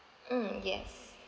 mm yes